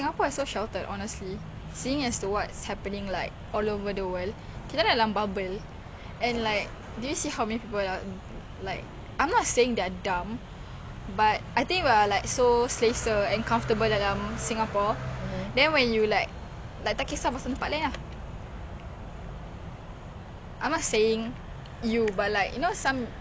I'm not saying you but like you know some malays like they say the N word and apa lagi like just perangai dia orang ah I'm wanna believe is adolescence but macam bodoh apa like kalau kau tengok balik they end up what the fuck I'm not supposed to say that